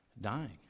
dying